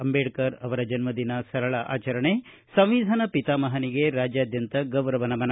ಅಂಬೇಡ್ತರ್ ಜನ್ದಿನ ಸರಳ ಆಚರಣೆ ಸಂವಿಧಾನ ಪಿತಾಮಹನಿಗೆ ರಾಜ್ಯಾದ್ಯಂತ ಗೌರವ ನಮನ